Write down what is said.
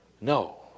No